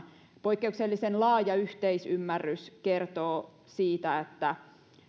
poikkeuksellisen laaja yhteisymmärrys kertoo siitä